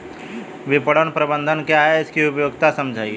विपणन प्रबंधन क्या है इसकी उपयोगिता समझाइए?